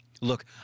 Look